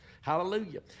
Hallelujah